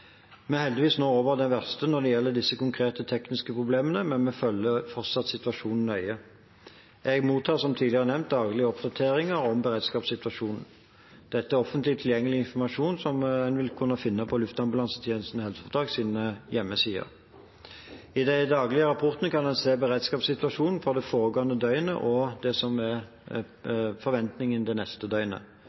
Vi er nå heldigvis over det verste når det gjelder disse konkrete tekniske problemene, men vi følger fortsatt situasjonen nøye. Jeg mottar, som tidligere nevnt, daglige oppdateringer om beredskapssituasjonen. Dette er offentlig tilgjengelig informasjon som man vil kunne finne på Luftambulansetjenesten HFs hjemmeside. I de daglige rapportene kan man se beredskapssituasjonen for det foregående døgnet og det som er forventningen det neste døgnet.